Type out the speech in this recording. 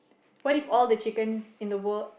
what if all the chickens in the world